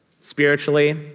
spiritually